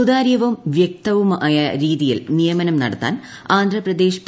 സുതാര്യവും വൃക്തവുമായ രീതിയിൽ നിയമനം നടത്താൻ ആന്ധ്രാപ്രദേശ് പി